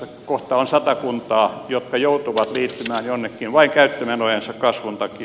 kohta on sata kuntaa jotka joutuvat liittymään jonnekin vain käyttömenojensa kasvun takia